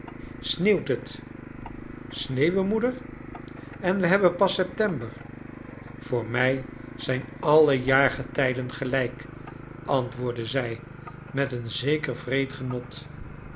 sneeuwt het sneeuwen moeder en we hebben pas september v voor mij zijn alle jaargetrjden gelijky antwoordde zij met een zeker wreed genot